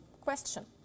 Question